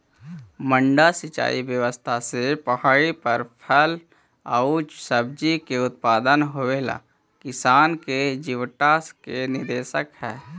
मड्डा सिंचाई व्यवस्था से पहाड़ी पर फल एआउ सब्जि के उत्पादन होवेला किसान के जीवटता के निदर्शन हइ